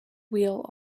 wheel